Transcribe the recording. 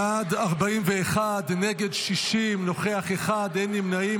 בעד, 41, נגד, 60, נוכח אחד, אין נמנעים.